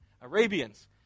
Arabians